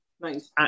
nice